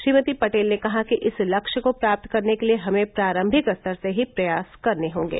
श्रीमती पटेल ने कहा कि इस लक्ष्य को प्राप्त करने के लिए हमें प्रारंभिक स्तर से ही प्रयास करने होंगे